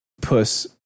puss